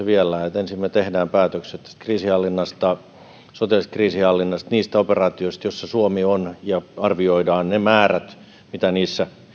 vielä että ensin me teemme päätökset kriisinhallinnasta sotilaallisesta kriisinhallinnasta niistä operaatioista joissa suomi on arvioidaan ne määrät mitä niissä